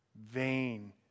vain